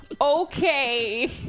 Okay